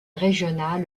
régional